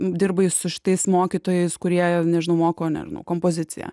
dirbai su šitais mokytojais kurie nežinau moko nežinau kompoziciją